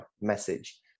message